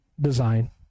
design